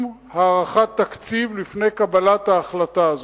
הערכת תקציב לפני קבלת ההחלטה הזאת,